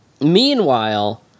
meanwhile